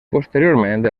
posteriorment